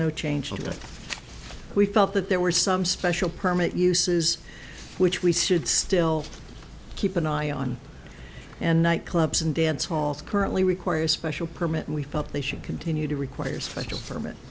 no change we felt that there were some special permit uses which we should still keep an eye on and night clubs and dance halls currently require a special permit and we felt they should continue to require special from it